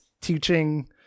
teaching